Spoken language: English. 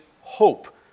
hope